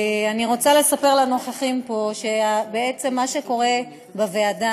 אני רוצה לספר לנוכחים פה על מה שקורה בוועדה.